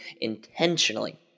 intentionally